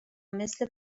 مثل